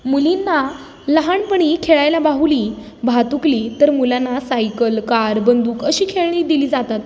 मुलींना लहान पणी खेळायला बाहुली भातुकली तर मुलांना सायकल कार बंदूक अशी खेळणी दिली जातात